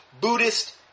Buddhist